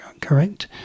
correct